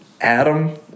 Adam